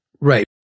Right